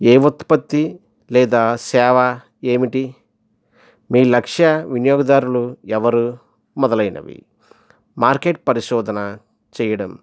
ఏ ఉత్పత్తి లేదా సేవ ఏమిటి మీ లక్ష్య వినియోగదారులు ఎవరు మొదలైనవి మార్కెట్ పరిశోధన చేయడం